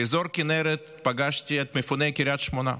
באזור הכינרת פגשתי את מפוני קריית שמונה,